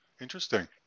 Interesting